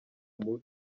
mubi